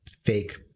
fake